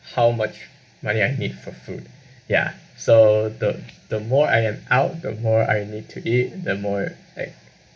how much money I need for food ya so the the more I am out the more I need to eat the more like